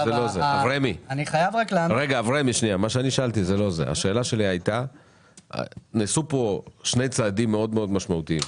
אמרתי שנעשו פה שני צעדים מאוד משמעותיים,